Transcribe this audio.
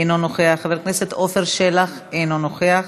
אינו נוכח, חבר הכנסת עפר שלח, אינו נוכח.